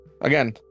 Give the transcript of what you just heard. Again